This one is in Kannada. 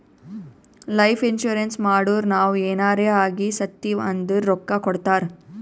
ಲೈಫ್ ಇನ್ಸೂರೆನ್ಸ್ ಮಾಡುರ್ ನಾವ್ ಎನಾರೇ ಆಗಿ ಸತ್ತಿವ್ ಅಂದುರ್ ರೊಕ್ಕಾ ಕೊಡ್ತಾರ್